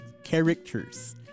Characters